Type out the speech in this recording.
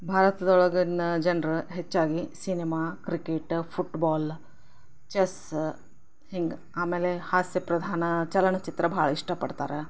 ಭಾರತದೊಳಗಿನ ಜನರು ಹೆಚ್ಚಾಗಿ cinema cricket football chess ಹೀಗ್ ಆಮೇಲೆ ಹಾಸ್ಯ ಪ್ರಧಾನ ಚಲನಚಿತ್ರ ಭಾಳ ಇಷ್ಟಪಡ್ತಾರೆ